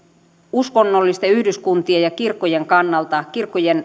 uskonnollisten yhdyskuntien ja kirkkojen kannalta kirkkojen